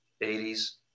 80s